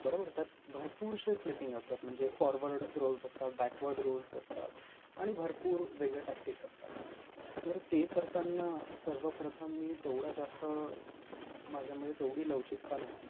बरोबर त्यात भरपूरश्या फ्लिपिंग असतात म्हनजे फॉरवर्ड रोल्स असतात बॅकवर्ड रोल्स असतात आणि भरपूर वेगळ्या टॅक्टिक्स असतात तर ते करताना सर्वप्रथम मी तेवढा जास्त माझ्यामध्ये तेवढी लवचिकता नव्हती